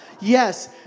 Yes